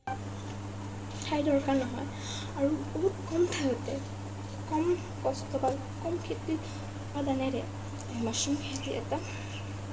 ঠাইৰ দৰকাৰ নহয় আৰু বহুত কম ঠাইতে কম কস্ট বা কম খেতিৰ উপাদানেৰে মাছৰুম খেতি এটা